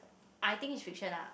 I think is fiction lah